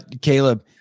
Caleb